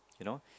you know